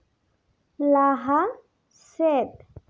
ᱞᱟᱦᱟ ᱥᱮᱫ